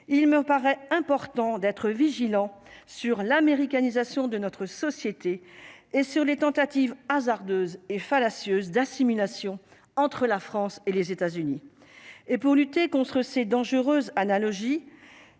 il me paraît important d'être vigilant sur l'américanisation de notre société et sur les tentatives hasardeuses et fallacieuses d'assimilation entre la France et les États-Unis et pour lutter contre ces dangereuses analogie,